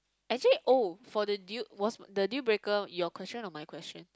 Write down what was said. actually oh for the deal was the dealbreaker your question or my question